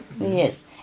Yes